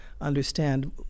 understand